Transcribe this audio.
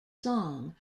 song